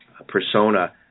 Persona